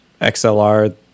XLR